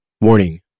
Warning